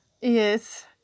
Yes